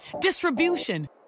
distribution